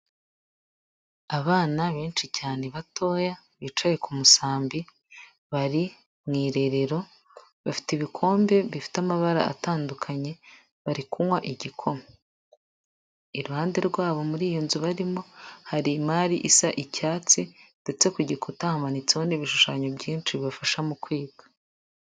Abana benshi cyane batoya, bicaye ku musambi, bari mu irerero, bafite ibikombe bifite amabara atandukanye bari kunywa igikoma, iruhande rwabo muri iyo nzu barimo hari imari isa icyatsi, ndetse ku gikuta hamanitseho n'ibishushanyo byinshi bibafasha mu kwiga.